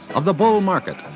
of the bull market,